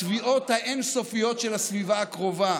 התביעות האין-סופיות של הסביבה הקרובה,